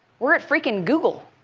we're at freaking google,